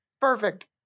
Perfect